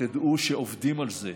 תדעו שעובדים על זה,